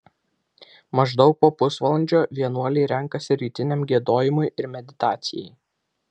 maždaug po pusvalandžio vienuoliai renkasi rytiniam giedojimui ir meditacijai